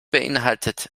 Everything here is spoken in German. beinhaltet